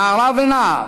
נערה ונער,